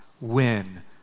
win